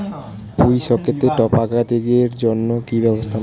পুই শাকেতে টপা দাগের জন্য কি ব্যবস্থা নেব?